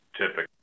typically